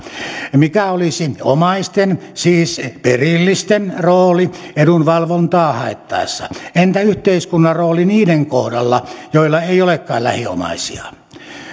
ja mikä olisi omaisten siis perillisten rooli edunvalvontaa haettaessa entä yhteiskunnan rooli niiden kohdalla joilla ei olekaan lähiomaisia